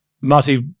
Marty